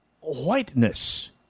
whiteness